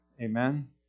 Amen